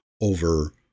over